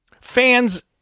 fans